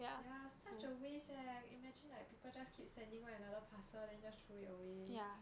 ya such a waste eh imagine like people just keep sending one another parcel then just throw it away